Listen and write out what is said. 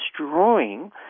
destroying